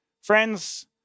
Friends